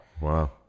Wow